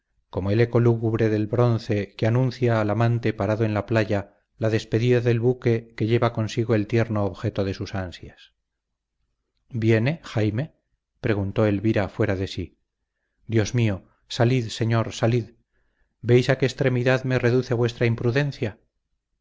como el eco lúgubre del bronce que anuncia al amante parado en la playa la despedida del buque que lleva consigo el tierno objeto de sus ansias viene jaime preguntó elvira fuera de sí dios mío salid señor salid veis a qué extremidad me reduce vuestra imprudencia